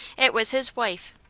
it was his wife.